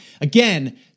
again